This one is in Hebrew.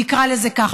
נקרא לזה ככה,